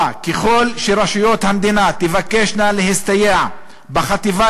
4. ככל שרשויות המדינה תבקשנה להסתייע בחטיבה